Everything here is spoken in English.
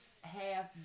half